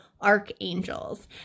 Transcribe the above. archangels